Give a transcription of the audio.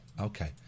Okay